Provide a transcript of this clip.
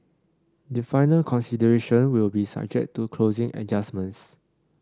the final consideration will be subject to closing adjustments